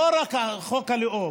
לא רק חוק הלאום,